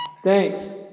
Thanks